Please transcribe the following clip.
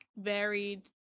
varied